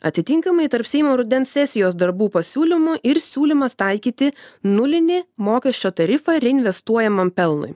atitinkamai tarp seimo rudens sesijos darbų pasiūlymų ir siūlymas taikyti nulinį mokesčio tarifą reinvestuojamam pelnui